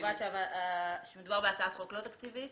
קובעת שמדובר בהצעת חוק לא תקציבית?